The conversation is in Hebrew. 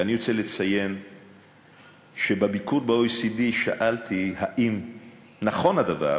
ואני רוצה לציין שבביקור ב-OECD שאלתי אם נכון הדבר